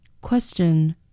Question